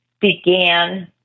began